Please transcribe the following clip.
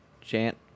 chant